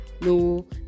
no